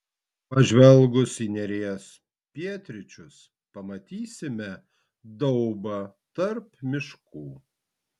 pažvelgus į neries pietryčius pamatysime daubą tarp miškų